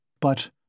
But